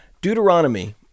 Deuteronomy